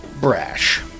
brash